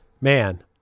Man